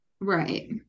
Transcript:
Right